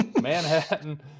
Manhattan